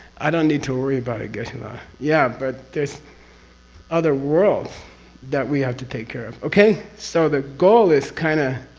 i don't need to worry about it geshela. yeah, but there's other worlds that we have to take care of. okay? so, the goal is kind of.